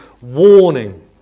warning